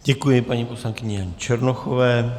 Děkuji paní poslankyni Janě Černochové.